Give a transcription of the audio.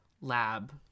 lab